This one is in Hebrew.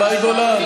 תשלמי חשמל.